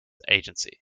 agency